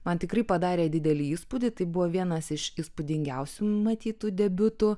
man tikrai padarė didelį įspūdį tai buvo vienas iš įspūdingiausių matytų debiutų